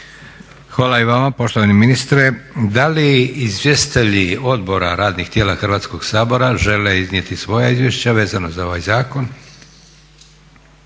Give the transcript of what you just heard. Hvala i vama poštovani ministre. Da li izvjestitelji odbora, radnih tijela Hrvatskog sabora žele iznijeti svoja izvješća vezano za ovaj zakon?